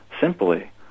simply